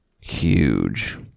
Huge